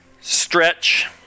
Stretch